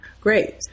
great